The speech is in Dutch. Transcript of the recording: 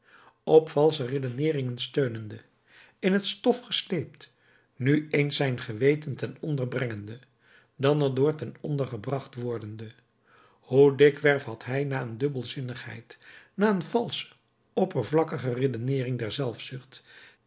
op valsche redeneeringen steunende in het stof gesleept nu eens zijn geweten ten onder brengende dan er door ten onder gebracht wordende hoe dikwerf had hij na een dubbelzinnigheid na een valsche oppervlakkige redeneering der